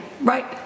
right